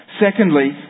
Secondly